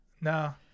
No